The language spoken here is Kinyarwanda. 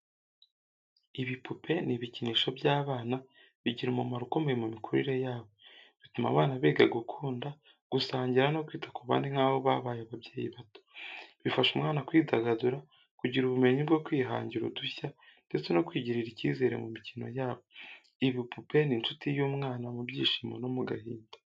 Ibipupe ni ibikinisho by’abana bigira umumaro ukomeye mu mikurire yabo. Bituma abana biga gukunda, gusangira no kwita ku bandi nk’aho babaye ababyeyi bato. Bifasha umwana kwidagadura, kugira ubumenyi bwo kwihangira udushya ndetse no kwigirira icyizere mu mikino yabo. Ibipupe ni inshuti y’umwana mu byishimo no mu gahinda.